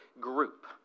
group